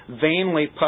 vainly